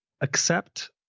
accept